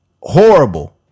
Horrible